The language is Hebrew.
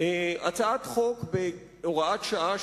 הצעת חוק בהוראת שעה,